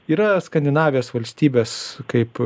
yra skandinavijos valstybės kaip